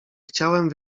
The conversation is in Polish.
chciałem